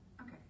Okay